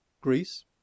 Greece